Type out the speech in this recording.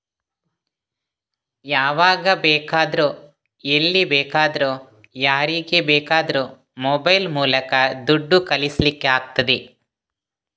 ಯಾವಾಗ ಬೇಕಾದ್ರೂ ಎಲ್ಲಿ ಬೇಕಾದ್ರೂ ಯಾರಿಗೆ ಬೇಕಾದ್ರೂ ಮೊಬೈಲ್ ಮೂಲಕ ದುಡ್ಡು ಕಳಿಸ್ಲಿಕ್ಕೆ ಆಗ್ತದೆ